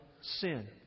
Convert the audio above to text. sin